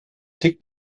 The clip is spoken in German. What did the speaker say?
tickt